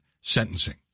sentencing